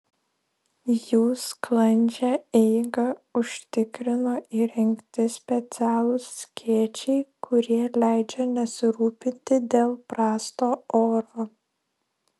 jų sklandžią eigą užtikrino įrengti specialūs skėčiai kurie leidžia nesirūpinti dėl prasto oro